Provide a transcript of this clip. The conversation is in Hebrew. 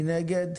מי נגד?